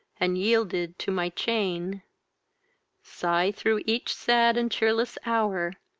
and yielded to my chain sigh through each sad and cheerless hour,